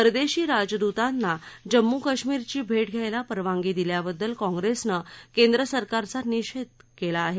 परदेशी राजद्तांना जम्मू काश्मिरची भेट घ्यायला परवानगी दिल्याबद्दल कॉग्रेसनं केंद्र सरकारचा निषेध दिला आहे